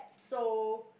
so